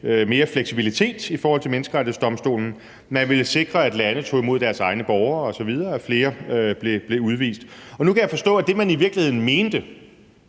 mere fleksibilitet i forhold til Menneskerettighedsdomstolen, man ville sikre, at lande tog imod deres egne borgere, at flere blev udvist osv. Nu kan jeg forstå, at det, man i virkeligheden mente,